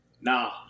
nah